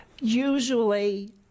usually